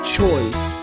choice